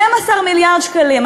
12 מיליארד שקלים.